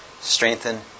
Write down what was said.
strengthen